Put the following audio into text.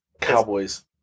Cowboys